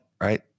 right